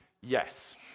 Yes